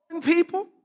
people